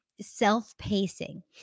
self-pacing